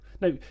now